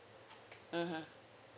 mmhmm